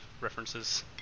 references